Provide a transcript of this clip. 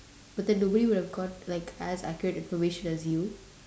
but then the way we've got like as accurate information as you